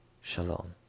Shalom